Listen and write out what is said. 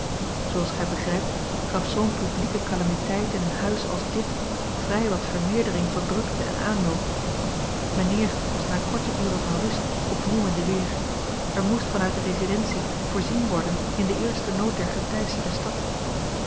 zooals gij begrijpt gaf zoo'n publieke calamiteit in een huis als dit vrij wat vermeerdering van drukte en aanloop mijnheer was na korte uren van rust opnieuw in de weer er moest van uit de residentie voorzien worden in den eersten nood der geteisterde stad